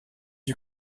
you